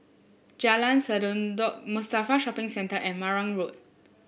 Jalan Sendudok Mustafa Shopping Centre and Marang Road